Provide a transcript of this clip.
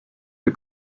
wir